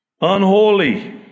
Unholy